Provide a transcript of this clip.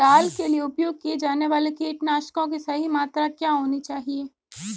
दाल के लिए उपयोग किए जाने वाले कीटनाशकों की सही मात्रा क्या होनी चाहिए?